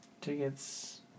tickets